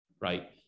right